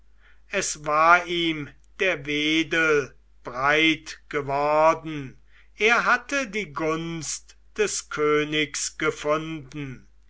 es war ihm der wedel breit geworden er hatte die gunst des königs gefunden